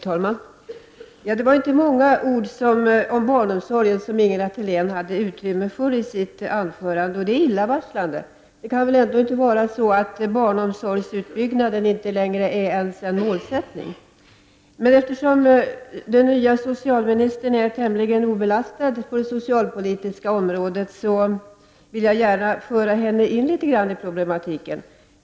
Herr talman! Det var inte många ord om barnomsorgen Ingela Thalén hade utrymme för i sitt anförande. Det är illavarslande. Det kan väl ändå inte vara så att barnomsorgsutbyggnaden inte längre är ens en målsättning? Eftersom den nya socialministern är tämligen obelastad på det socialpolitiska området, vill jag gärna föra henne in litet i problematiken.